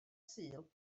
sul